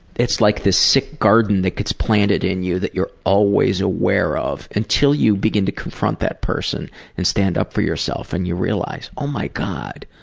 it's like this sick garden that gets planted in you that you are always aware of until you begin to confront that person and stand up for yourself and you realize oh my god,